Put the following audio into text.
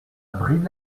brive